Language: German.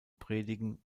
predigen